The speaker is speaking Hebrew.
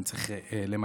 אני צריך למהר.